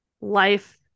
life